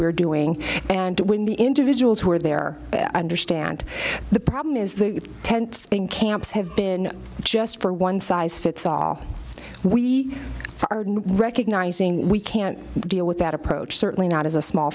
we are doing and when the individuals who are there understand the problem is the tents in camps have been just for one size fits all we are recognizing we can't deal with that approach certainly not as a small